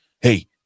Hey